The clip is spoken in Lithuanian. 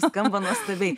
skamba nuostabiai